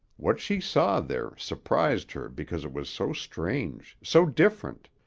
what she saw there surprised her because it was so strange, so different.